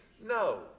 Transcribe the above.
no